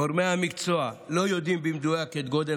גורמי המקצוע לא יודעים במדויק את גודל